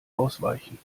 ausweichen